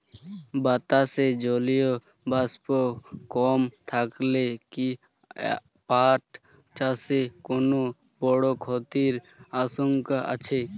বাতাসে জলীয় বাষ্প কম থাকলে কি পাট চাষে কোনো বড় ক্ষতির আশঙ্কা আছে?